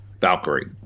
Valkyrie